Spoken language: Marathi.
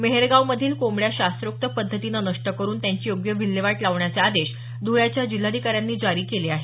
मेहेरगाव मधील कोंबड्या शास्त्रोक्त पदधतीनं नष्ट करून त्यांची योग्य विल्हेवाट लावण्याचे आदेश ध्वळ्याच्या जिल्हाधिकाऱ्यांनी जारी केले आहेत